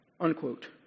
Unquote